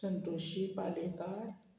Santoshi Palekar